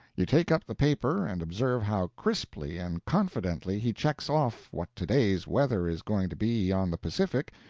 you take up the paper and observe how crisply and confidently he checks off what to-day's weather is going to be on the pacific,